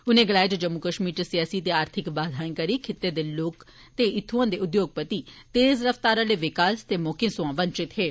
उनें गलाया जे जम्मू कश्मीर च सियासी ते आर्थिक बाधाएं करी खित्ते दे लोक ते इत्थ्आं दे उद्योगपति तेज रफ्तार आले विकास ते मौके सोयां वंचित हे